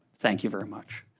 thank you very much.